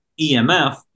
EMF